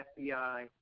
FBI